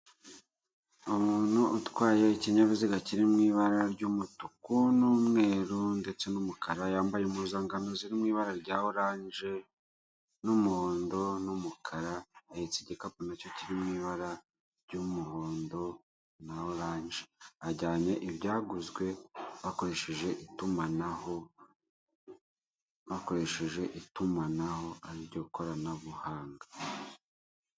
Umuntu utwaye ikinyabiziga kiri mu ibara ry'umutuku n'umweru ndetse n'umukara, yambaye impuzangano ziri mu ibara rya oranje n'umuhondo n'umukara ahetse igikapu nacyo kiri mu ibara ry'umuhondo na oranje ajyanye ibyaguzwe bakoresheje itumanaho ariryo koranabuhanga.